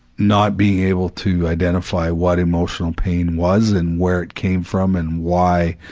not being able to identify what emotional pain was and where it came from and why,